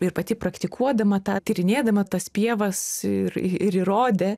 ir pati praktikuodama tą tyrinėdama tas pievas ir įrodė